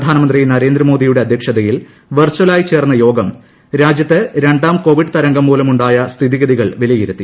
പ്രധാനമന്ത്രി നരേന്ദ്രമോദിയുടെ അദ്ധ്യക്ഷതയിൽ ക്ക്ക് പ്രഖ്ച്ച്ലായി ചേർന്ന യോഗം രാജ്യത്ത് രണ്ടാം കോവിഡ് തരൂഹുപ്പ മൂലമുണ്ടായ സ്ഥിതിഗതികൾ വിലയിരുത്തി